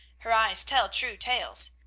her eyes tell true tales.